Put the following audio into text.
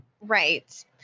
Right